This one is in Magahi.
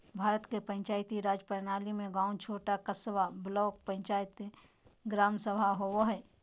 भारत के पंचायती राज प्रणाली में गाँव छोटा क़स्बा, ग्राम पंचायत, ग्राम सभा होवो हइ